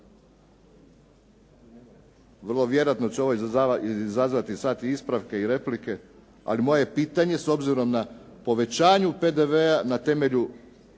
vrlo vjerojatno će ovo izazvati i slati ispravke i replike, ali moje je pitanje s obzirom na povećanje PDV-a na temelju